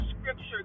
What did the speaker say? scripture